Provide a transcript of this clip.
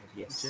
yes